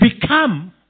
become